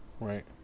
Right